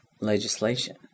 legislation